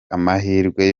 amahirwe